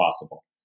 possible